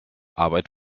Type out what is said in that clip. arbeit